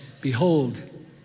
behold